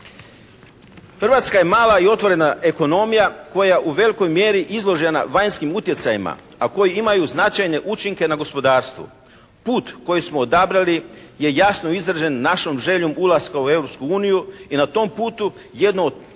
Hrvatska je mala i otvorena ekonomija koja je u velikoj mjeri izložena vanjskim utjecajima, a koji imaju značajne učinke na gospodarstvu. Put koji smo odabrali je jasno izražen našom željom ulaska u Europsku uniju i na tom putu jedno od